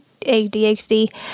ADHD